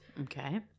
Okay